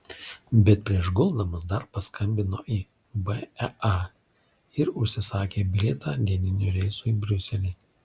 bet prieš guldamas dar paskambino į bea ir užsisakė bilietą dieniniu reisu į briuselį